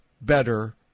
better